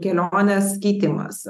kelionės keitimas